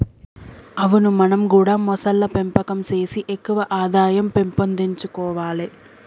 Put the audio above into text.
అవును మనం గూడా మొసళ్ల పెంపకం సేసి ఎక్కువ ఆదాయం పెంపొందించుకొవాలే